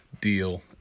deal